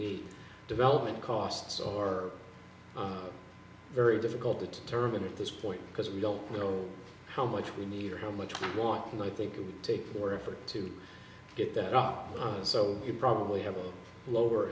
need development costs or very difficult to determine at this point because we don't know how much we need or how much we want and i think it would take more effort to get that up so you probably have a lower